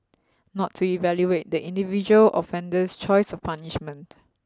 not to evaluate the individual offender's choice of punishment